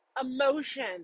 emotion